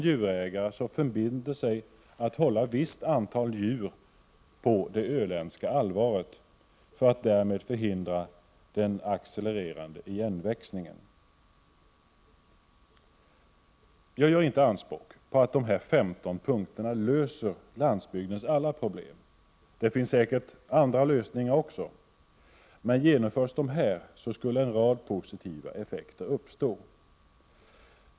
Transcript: Jag gör inte anspråk på att dessa 15 punkter löser landsbygdens alla problem. Det finns säkert andra lösningar också, men genomförs de här skulle en rad positiva effekter uppstå.